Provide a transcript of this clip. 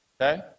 Okay